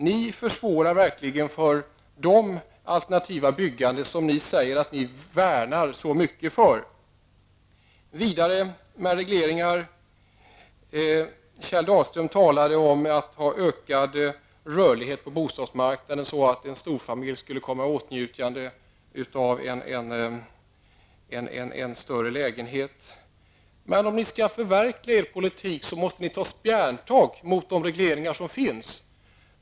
Ni försvårar verkligen det alternativa byggande som ni säger er vilja värna. Kjell Dahlström talar vidare om ökad rörlighet på bostadsmarknaden, så att en storfamilj skulle kunna komma i åtnjutande av en större lägenhet. Men om ni skall kunna förverkliga er politik måste ni ta spjärntag mot de regleringar som finns.